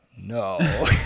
no